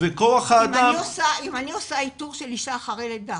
אני עושה איתור של אישה לאחר לידה